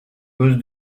gosse